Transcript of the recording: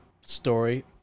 story